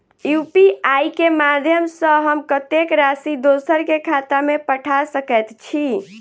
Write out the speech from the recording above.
UPI केँ माध्यम सँ हम कत्तेक राशि दोसर केँ खाता मे पठा सकैत छी?